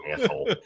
asshole